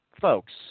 folks